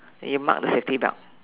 you mark the safety belt